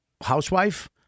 housewife